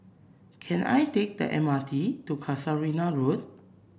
can I take the M R T to Casuarina Road